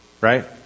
Right